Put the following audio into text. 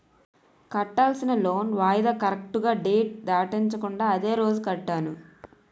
కట్టాల్సిన లోన్ వాయిదా కరెక్టుగా డేట్ దాటించకుండా అదే రోజు కట్టాను